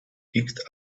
picked